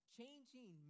Changing